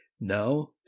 now